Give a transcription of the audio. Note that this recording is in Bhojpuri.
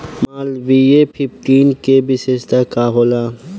मालवीय फिफ्टीन के विशेषता का होला?